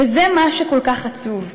וזה מה שכל כך עצוב.